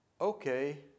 Okay